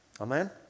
Amen